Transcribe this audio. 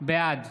בעד